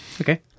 Okay